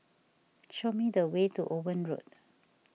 show me the way to Owen Road